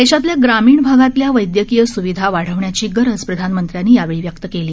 देशातल्या ग्रामीण भागातल्या वैद्यकीय स्विधा वाढविण्याच गरज प्रधानमंत्र्यांनी यावेळी व्यक्त केली